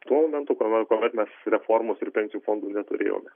tuo momentu kuomet mes reformos ir pensijų fondų neturėjome